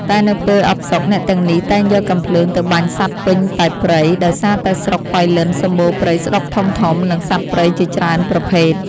តែនៅពេលអផ្សុក អ្នកទាំងនេះតែងយកកាំភ្លើងទៅបាញ់សត្វពេញតែព្រៃ ដោយសារតែស្រុកប៉ៃលិនសម្បូរព្រៃស្ដុកធំៗនិងសត្វព្រៃជាច្រើនប្រភេទ។